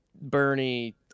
Bernie